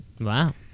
wow